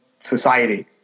society